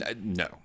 No